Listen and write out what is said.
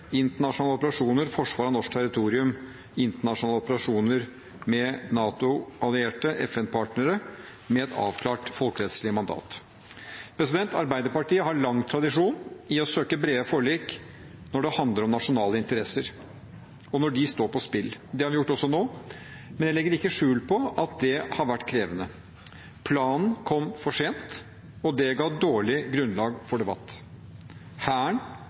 internasjonale operasjoner, forsvar av norsk territorium, internasjonale operasjoner med NATO-allierte og FN-partnere, med et avklart folkerettslig mandat. Arbeiderpartiet har lang tradisjon for å søke brede forlik når det handler om nasjonale interesser, og når de står på spill. Det har vi gjort også nå, men jeg legger ikke skjul på at det har vært krevende. Planen kom for sent, og det ga dårlig grunnlag for debatt. Hæren